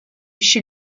chez